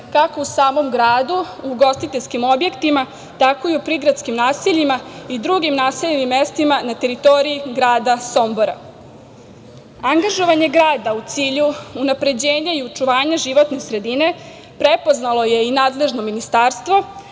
kako u samom gradu, u ugostiteljskim objektima tako i u prigradskim naseljima i drugim naseljenim mestima na teritoriji grada Sombora. Angažovanje grada u cilju unapređenja i očuvanja životne sredine prepoznalo je i nadležno ministarstvo